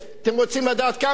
מיליארד שקל ליום.